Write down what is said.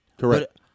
Correct